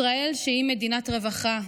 ישראל שהיא מדינת רווחה,